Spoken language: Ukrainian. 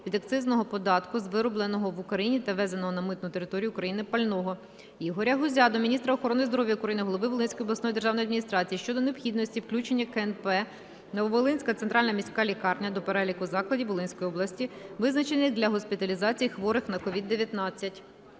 від акцизного податку з виробленого в Україні та ввезеного на митну територію України пального. Ігоря Гузя до міністра охорони здоров'я України, голови Волинської обласної державної адміністрації щодо необхідності включення КНП "Нововолинська центральна міська лікарня" до переліку закладів Волинської області, визначених для госпіталізації хворих на COVID-19.